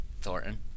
Thornton